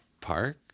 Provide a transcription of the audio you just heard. Park